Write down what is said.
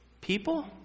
people